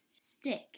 stick